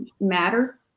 matter